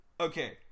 Okay